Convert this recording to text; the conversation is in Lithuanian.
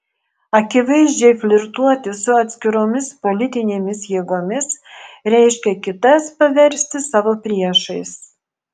akivaizdžiai flirtuoti su atskiromis politinėmis jėgomis reiškia kitas paversti savo priešais